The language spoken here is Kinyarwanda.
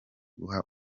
kuguha